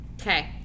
okay